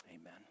Amen